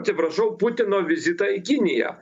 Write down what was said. atsiprašau putino vizitą į kiniją